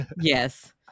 Yes